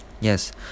Yes